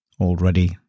already